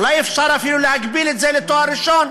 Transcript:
אולי אפשר אפילו להגביל את זה לתואר ראשון,